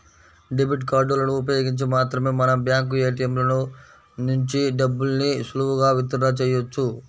debit కార్డులను ఉపయోగించి మాత్రమే మనం బ్యాంకు ఏ.టీ.యం ల నుంచి డబ్బుల్ని సులువుగా విత్ డ్రా చెయ్యొచ్చు